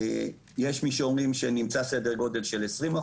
יש מי שאומרים שנמצא סדר גודל של 20%,